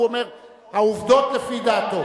הוא אומר את העובדות לפי דעתו.